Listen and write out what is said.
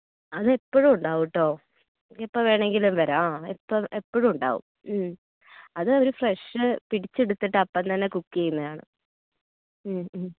അത് എപ്പോഴും ഉണ്ടാവും കേട്ടോ എപ്പോൾ വേണമെങ്കിലും തരാം ആ എപ്പോൾ എപ്പോഴും ഉണ്ടാവും മ് അത് അവർ ഫ്രഷ് പിടിച്ചെടുത്തിട്ട് അപ്പം തന്നെ കുക്ക് ചെയ്യുന്നത് ആണ് മ് മ്